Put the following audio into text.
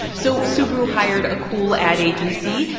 so subaru hired a cool ad agency,